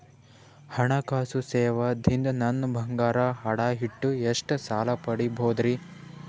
ಹಣಕಾಸು ಸೇವಾ ದಿಂದ ನನ್ ಬಂಗಾರ ಅಡಾ ಇಟ್ಟು ಎಷ್ಟ ಸಾಲ ಪಡಿಬೋದರಿ?